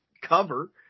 cover